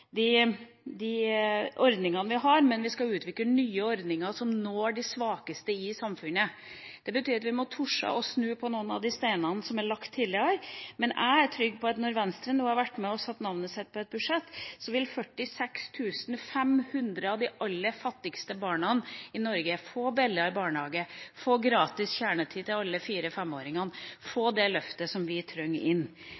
på de ordningene vi har, men vi skal utvikle nye ordninger som når de svakeste i samfunnet. Det betyr at vi må tørre å snu på noen av de steinene som er lagt tidligere. Men jeg er trygg på at når Venstre nå har vært med og satt navnet sitt på et budsjett, vil 46 500 av de aller fattigste barna i Norge få billigere barnehage og alle fire- og femåringer i lavinntektsfamilier få gratis kjernetid